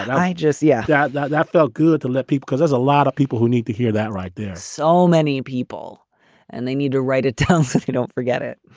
i just. yeah, yeah that that felt good to let people cause us. a lot of people who need to hear that. right there are so many people and they need to write a tell. if you don't forget it.